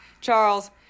Charles